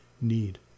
need